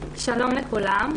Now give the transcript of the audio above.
שלום לכולם.